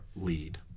lead